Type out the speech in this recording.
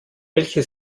welche